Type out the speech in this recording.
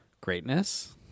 greatness